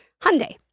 Hyundai